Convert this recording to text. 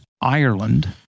Ireland